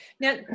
Now